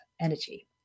energy